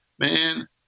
Man